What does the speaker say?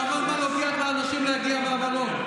כמה זמן לוקח לאנשים להגיע מהמלון?